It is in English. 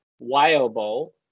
viable